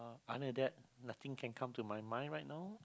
other than that nothing can come to my mind right now